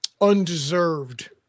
undeserved